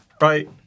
right